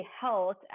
health